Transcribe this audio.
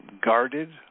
guarded